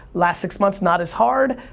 last six months not as hard,